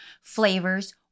flavors